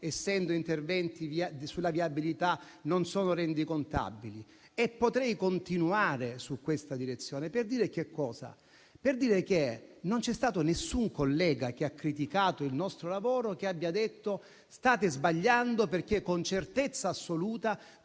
essendo interventi sulla viabilità, non è rendicontabile. Potrei continuare in questa direzione per dire che non c'è stato nessun collega che ha criticato il nostro lavoro e che abbia detto che stiamo sbagliando, perché con certezza assoluta